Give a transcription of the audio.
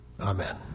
Amen